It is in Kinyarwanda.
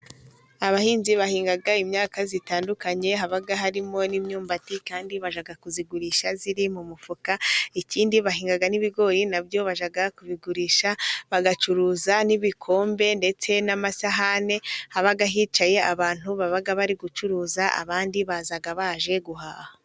Abahinzi bahinga imyaka itandukanye haba harimo n'imyumbati kandi bajyag kuzigurisha ziri mu mufuka. ikindi bahinga n'ibigori nabyo bakajya kubigurisha bagacuruza n'ibikombe ndetse n'amasahane. haba hicaye abantu baba bari gucuruza. abandi bazaga baje guhaha.